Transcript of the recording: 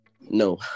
no